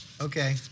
Okay